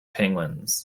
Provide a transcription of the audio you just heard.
penguins